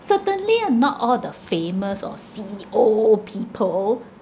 certainly uh not all the famous or C_E_O people